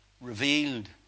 revealed